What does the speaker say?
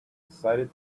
decided